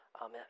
Amen